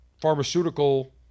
pharmaceutical